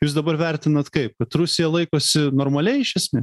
jūs dabar vertinat kaip kad rusija laikosi normaliai iš esmė